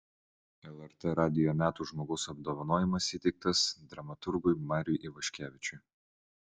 lrt radijo metų žmogaus apdovanojimas įteiktas dramaturgui mariui ivaškevičiui